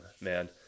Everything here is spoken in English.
man